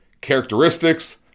characteristics